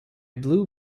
blue